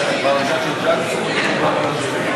את הצעת חוק לתיקון פקודת התעבורה